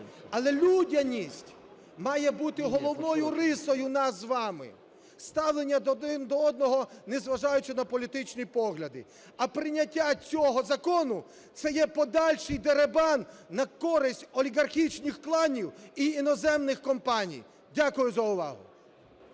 але людяність має бути головною рисою нас з вами, ставлення один до одного, незважаючи на політичні погляди. А прийняття цього закону це є подальший дерибан на користь олігархічних кланів і іноземних компаній. Дякую за увагу.